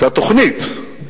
היתה התוכנית,